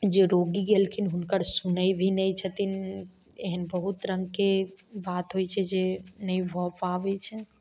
जे रोगी गेलखिन हुनकर सुनै भी नै छथिन एहेन बहुत रङ्गके बात होइछै जे नै भऽ पाबय छनि